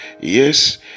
Yes